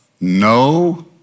no